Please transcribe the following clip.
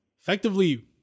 effectively